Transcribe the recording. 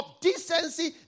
decency